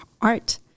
art